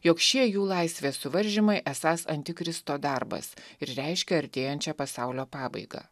jog šie jų laisvės suvaržymai esąs antikristo darbas ir reiškia artėjančią pasaulio pabaigą